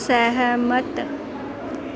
सैह्मत